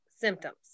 symptoms